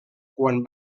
quan